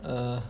err